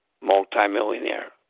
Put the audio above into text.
multimillionaire